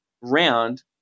round